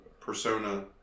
Persona